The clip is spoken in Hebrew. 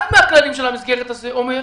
אחד הכללים של המסגרת הזאת אומר,